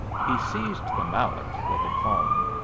he seized the mallet that had fallen,